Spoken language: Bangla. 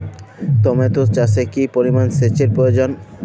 টমেটো চাষে কি পরিমান সেচের প্রয়োজন?